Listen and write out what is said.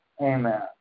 Amen